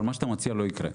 אבל מה שאתה מציע לא יקרה,